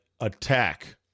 attack